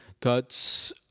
Cuts